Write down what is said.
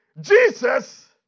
Jesus